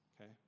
Okay